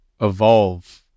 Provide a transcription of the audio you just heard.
evolve